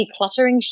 decluttering